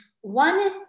one